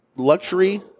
Luxury